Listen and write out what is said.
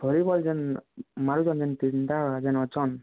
volleyball ଯେନ୍ ଯେନ୍ ଅଛନ୍